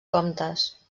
comptes